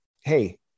Hey